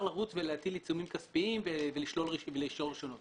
לרוץ ולהטיל עיצומים כספיים ולשלול רישיונות,